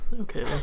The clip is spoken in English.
Okay